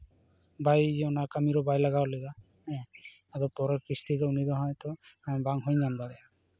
ᱵᱟᱭ ᱚᱱᱟ ᱠᱟᱹᱢᱤᱨᱮ ᱵᱟᱭ ᱞᱟᱜᱟᱣ ᱞᱮᱫᱟ ᱦᱮᱸ ᱟᱫᱚ ᱯᱚᱨᱮᱨ ᱠᱤᱥᱛᱤ ᱫᱚ ᱩᱱᱤ ᱫᱚ ᱦᱚᱭᱛᱳ ᱵᱟᱝ ᱦᱚᱭ ᱧᱟᱢ ᱫᱟᱲᱮᱭᱟᱜᱼᱟ